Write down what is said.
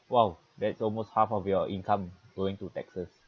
!wow! that's almost half of your income going to taxes